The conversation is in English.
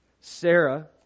Sarah